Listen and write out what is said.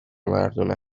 مردونه